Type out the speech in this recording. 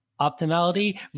optimality